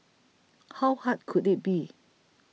how hard could it be